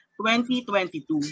2022